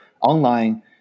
online